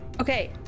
okay